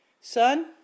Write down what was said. son